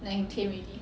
then can claim already